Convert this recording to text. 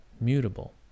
mutable